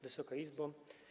Wysoka Izbo!